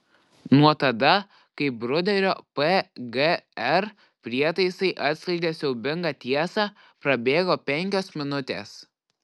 nuo tada kai bruderio pgr prietaisai atskleidė siaubingą tiesą prabėgo penkios minutės